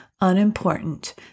unimportant